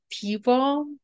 people